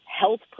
health